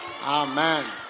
Amen